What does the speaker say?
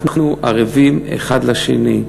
אנחנו ערבים האחד לשני.